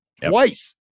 twice